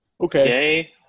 Okay